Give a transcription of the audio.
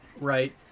Right